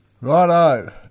Righto